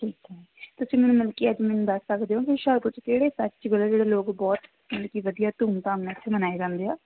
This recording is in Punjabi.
ਠੀਕ ਹੈ ਤੁਸੀਂ ਮੈਨੂੰ ਮਲ ਕਿ ਅੱਜ ਮੈਨੂੰ ਦੱਸ ਸਕਦੇ ਹੋ ਕਿ ਹੁਸ਼ਿਆਰਪੁਰ 'ਚ ਕਿਹੜੇ ਫੈਸਟੀਵਲ ਹੈ ਜਿਹੜੇ ਲੋਕ ਬਹੁਤ ਮਤਲਬ ਕਿ ਵਧੀਆ ਧੂਮਧਾਮ ਨਾਲ ਉੱਥੇ ਮਨਾਏ ਜਾਂਦੇ ਆ